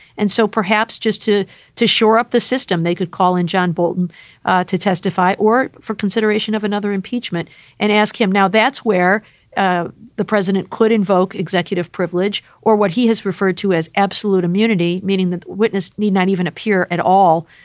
and so perhaps just to to shore up the system, they could call on and john bolton to testify or for consideration of another impeachment and ask him. now, that's where ah the president could invoke executive privilege or what he has referred to as absolute immunity, meaning that the witness need not even appear at all.